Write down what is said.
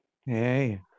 Hey